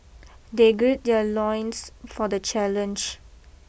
they gird their loins for the challenge